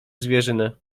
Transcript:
zwierzynę